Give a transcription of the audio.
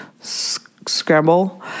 scramble